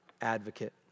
advocate